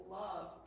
love